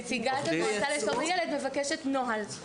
נציגת המועצה לשלום הילד מבקשת נוהל.